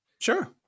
sure